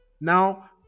Now